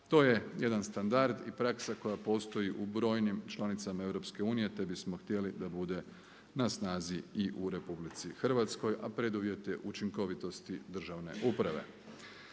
To je jedan standard i praksa koja postoji u brojnim članicama EU, te bismo htjeli da bude na snazi i u Republici Hrvatskoj, a preduvjet je učinkovitosti državne uprave.